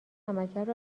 عملکرد